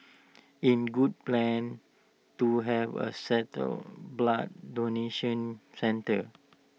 in good plan to have A satellite blood donation centre